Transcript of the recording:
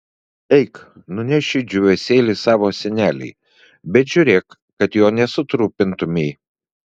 eik nunešk šį džiūvėsėlį savo senelei bet žiūrėk kad jo nesutrupintumei